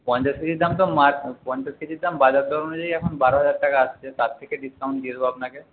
পঞ্চাশ কেজির দাম তো মার পঞ্চাশ কেজির দাম বাজার দর অনুযায়ী এখন বারো হাজার টাকা আসছে তার থেকে ডিসকাউন্ট দিয়ে দেব আপনাকে